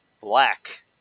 Black